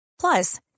Plus